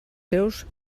seus